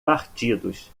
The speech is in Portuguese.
partidos